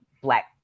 black